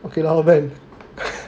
okay lah